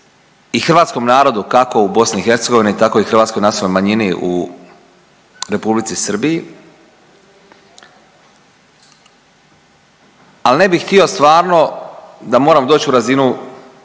i hrvatskom narodu, kako u BiH, tako i hrvatskoj nacionalnoj manjini u R. Srbiji. Ali, ne bih htio, stvarno da moram doći u razinu